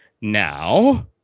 Now